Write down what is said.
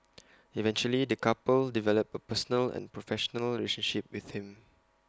eventually the couple developed A personal and professional relationship with him